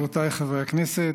רבותיי חברי הכנסת,